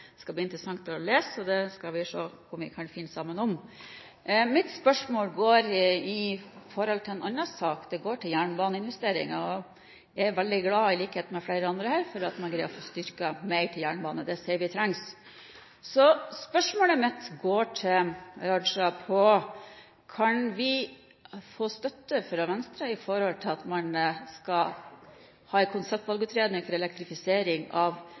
Det skal bli interessant å lese, og det skal vi se om vi kan finne sammen om. Mitt spørsmål går på en annen sak; jernbaneinvesteringer. Jeg er veldig glad – i likhet med flere andre her – for at man greier å få mer til jernbane. Det ser vi trengs. Spørsmålet mitt til Raja går på om vi kan få støtte fra Venstre til at man skal ha en konseptvalgutredning for elektrifisering av